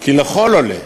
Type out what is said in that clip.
כי לכל עולה,